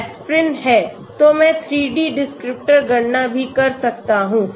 aspirin है तो मैं 3 डी डिस्क्रिप्टर गणना भी कर सकता हूं